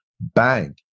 Bang